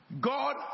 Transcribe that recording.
God